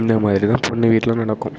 இந்தமாதிரிதான் பொண்ணு வீட்டில நடக்கும்